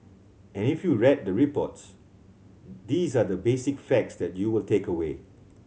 and if you red the reports these are the basic facts that you will take away